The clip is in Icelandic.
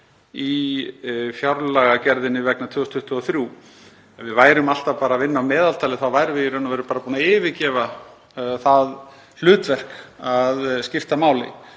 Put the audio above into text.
í fjárlagagerðinni vegna 2023. Ef við værum alltaf að vinna á meðaltali værum við í raun bara búin að yfirgefa það hlutverk að skipta máli.